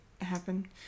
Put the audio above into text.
happen